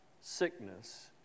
sickness